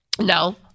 No